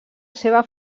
seva